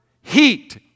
heat